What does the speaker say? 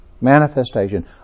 manifestation